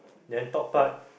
then top part